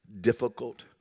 difficult